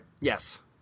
Yes